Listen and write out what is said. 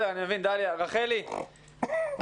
רחלי,